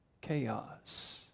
Chaos